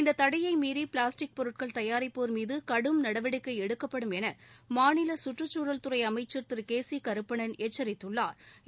இந்த தடையை மீறி பிளாஸ்டிக் பொருட்கள் தயாரிப்போா் மீது கடும் நடவடிக்கை எடுக்கப்படும் என மாநில சுற்றுச்சூழல் துறை அமைச்சர் திரு கே சி கருப்பணன் எச்சரித்துள்ளா்